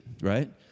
right